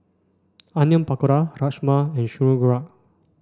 Onion Pakora Rajma and Sauerkraut